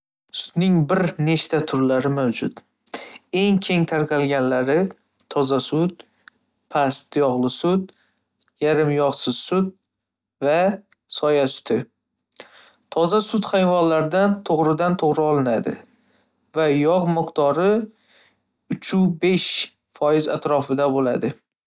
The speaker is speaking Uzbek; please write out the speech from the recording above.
Sutning bir nechta turlari mavjud, eng keng tarqalganlari toza sut, past yog'li sut, yarim yog'siz sut va soya suti. Toza sut hayvonlardan to'g'ridan-to'g'ri olinadi va yog' miqdori uch u besh foiz atrofida bo'ladi.